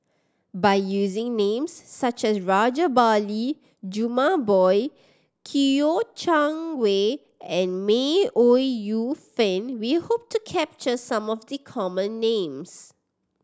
by using names such as Rajabali Jumabhoy Kouo Shang Wei and May Ooi Yu Fen we hope to capture some of the common names